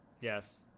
yes